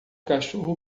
cachorro